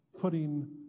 putting